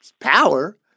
power